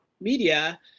media